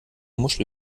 muschel